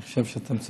אני חושב שאתם צודקים,